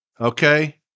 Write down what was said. okay